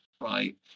right